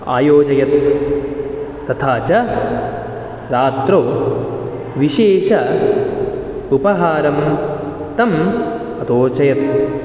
आयोजयत् तथा च रात्रौ विशेष उपहारं तं रोचयत्